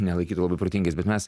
nelaikytų labai protingais bet mes